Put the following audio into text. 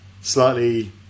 slightly